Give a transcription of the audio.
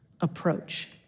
approach